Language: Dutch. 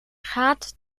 gaat